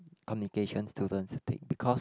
communication students to take because